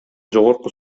жогорку